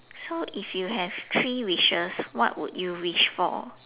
so if you have three wishes what would you wish for